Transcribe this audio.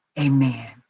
amen